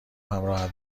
همراهت